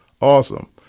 awesome